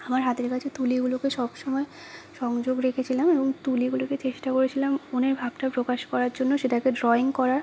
আমার হাতের কাছে তুলিগুলোতে সব সময় সংযোগ রেখেছিলাম এবং তুলিগুলোকে চেষ্টা করেছিলাম মনের ভাবটা প্রকাশ করার জন্য সেটাকে ড্রয়িং করার